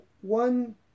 one